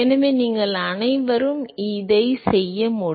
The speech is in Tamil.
எனவே நீங்கள் அனைவரும் இதைச் செய்ய வேண்டும்